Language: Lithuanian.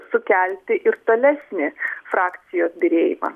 sukelti ir tolesnį frakcijos byrėjimą